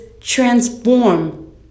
transform